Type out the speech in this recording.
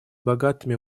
богатыми